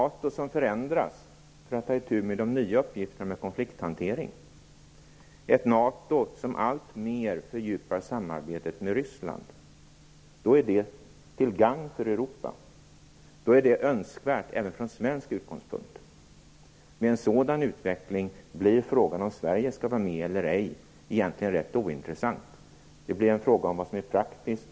Att NATO förändras för att kunna ta itu med den nya uppgiften konflikthantering och alltmer fördjupar samarbetet med Ryssland är önskvärt även från svensk utgångspunkt. Med en sådan utveckling blir frågan om Sverige skall vara med eller ej egentligen rätt ointressant. Det blir en fråga om vad som är praktiskt.